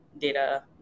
data